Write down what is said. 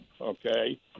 okay